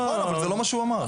נכון, אבל זה לא מה שהוא אמר.